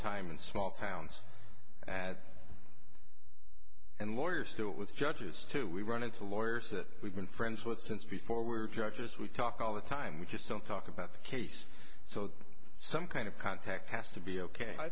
time in small towns at and lawyers do it with judges too we run into lawyers that we've been friends with since before we're judges we talk all the time we just don't talk about the case so some kind of contact has to be ok